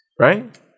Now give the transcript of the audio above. right